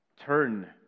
turn